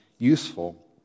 useful